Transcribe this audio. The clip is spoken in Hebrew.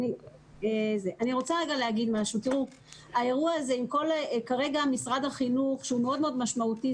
משרד החינוך כרגע הוא מאוד מאוד משמעותי,